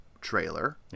trailer